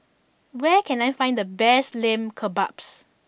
where can I find the best Lamb Kebabs